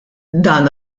dan